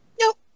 Nope